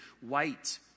white